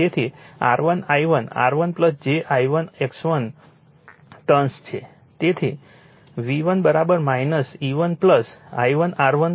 તેથી R1 I1 R1 j I1 X1 turns છે તેથી જ V1 E1 I1 R1 j I1 X1 છે તેથી જ આ ફેઝર ડાયાગ્રામ જેને આ ફેઝર ડાયાગ્રામ કહે છે તે આ V1 E1 I1 R1 j I1 X1 છે